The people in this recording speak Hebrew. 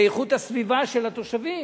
באיכות הסביבה של התושבים.